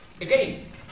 again